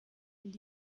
und